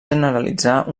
generalitzar